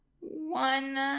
one